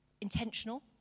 intentional